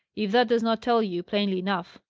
if that does not tell you plainly enough,